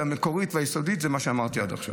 המקורית והיסודית היא מה שאמרתי עד עכשיו.